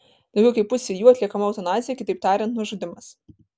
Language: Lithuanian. daugiau kaip pusei jų atliekama eutanazija kitaip tariant nužudymas